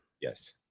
yes